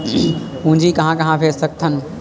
पूंजी कहां कहा भेज सकथन?